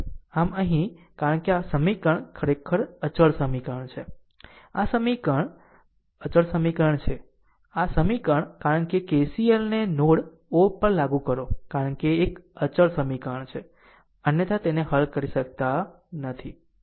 આમ અહીં કારણ કે આ આ સમીકરણ ખરેખર આ અચળ સમીકરણ છે આ સમીકરણ આ આ સમીકરણ r અચળ સમીકરણ છે આ સમીકરણ કારણ કે KCLને નોડ O પર લાગુ કરો કારણ કે તે એક અચળ સમીકરણ છે અન્યથા તેને હલ કરી શકતા નથી